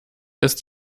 ist